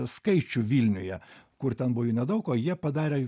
skaičių vilniuje kur ten buvo jų nedaug o jie padarė